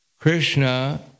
Krishna